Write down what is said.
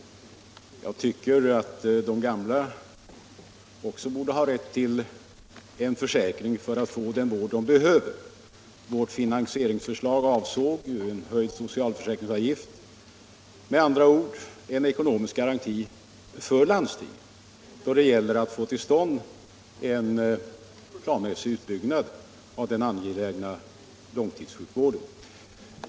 Jag tycker att också de gamla borde ha rätt till en försäkring för att få den vård de behöver. Vårt finansieringsförslag avsåg ju en höjd socialförsäkringsavgift, med andra ord en ekonomisk garanti för landstingen när det gäller att få till stånd en planmässig utbyggnad av den angelägna långtidssjukvården.